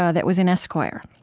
ah that was in esquire,